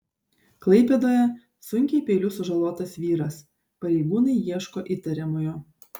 klaipėdoje sunkiai peiliu sužalotas vyras pareigūnai ieško įtariamojo